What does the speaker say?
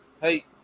Hey